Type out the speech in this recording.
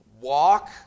walk